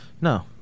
No